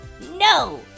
no